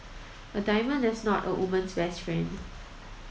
a diamond is not a woman's best friend